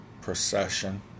procession